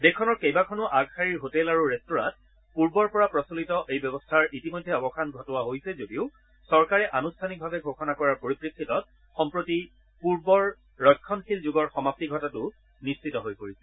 দেশখনৰ কেইবাখনো আগশাৰীৰ হোটেল আৰু ৰেস্তোৰাঁত পূৰ্বৰ পৰা প্ৰচলিত এই ব্যৱস্থাৰ ইতিমধ্যে অৱসান ঘটোৱা হৈছে যদিও চৰকাৰে আনুষ্ঠানিকভাৱে ঘোষণা কৰাৰ পৰিপ্ৰেক্ষিতত সম্প্ৰতি পূৰ্বৰ ৰক্ষণশীল যুগৰ সমাপ্তি ঘটাটো নিশ্চিত হৈ পৰিছে